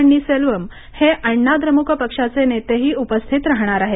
पण्णीरसेल्वम हे अण्णा द्रमुक पक्षाचे नेतेही उपस्थित राहणार आहेत